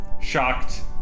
shocked